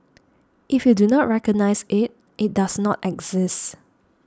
if you do not recognise it it does not exist